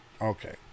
Okay